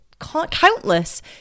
countless